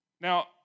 now